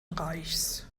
reichs